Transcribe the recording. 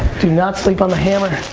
do not sleep on the hammer.